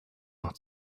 noch